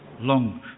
long